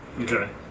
Okay